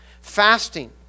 Fasting